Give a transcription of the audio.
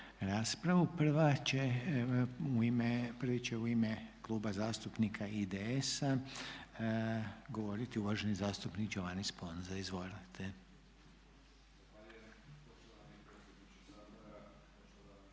Prvi će u ime Kluba zastupnika IDS-a govoriti uvaženi zastupnik Giovanni Sponza. Izvolite.